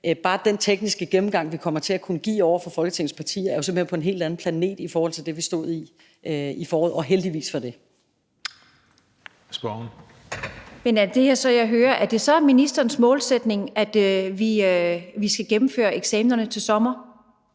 bare den tekniske gennemgang, vi kommer til at kunne give over for Folketingets partier, er jo simpelt hen på en helt anden planet i forhold til det, som vi stod i i foråret, og heldigvis for det. Kl. 15:03 Den fg. formand (Christian Juhl):